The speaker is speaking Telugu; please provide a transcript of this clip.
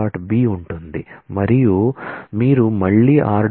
b ఉంటుంది మరియు మీరు మళ్ళీ r